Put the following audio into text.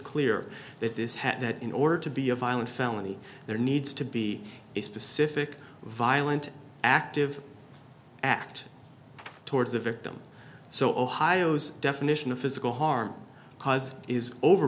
clear that this hat in order to be a violent felony there needs to be a specific violent active act towards the victim so ohio's definition of physical harm caused is over